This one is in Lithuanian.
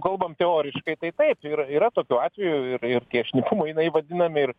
kalbam teoriškai tai taip yra yra tokių atvejų ir ir tie šnipų mainai vadinami ir